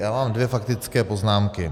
Mám dvě faktické poznámky.